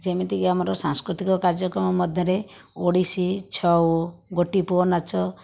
ଯେମିତିକି ଆମର ସାଂସ୍କୃତିକ କାର୍ଯ୍ୟକ୍ରମ ମଧ୍ୟରେ ଓଡ଼ିଶୀ ଛଉ ଗୋଟିପୁଅ ନାଚ